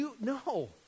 No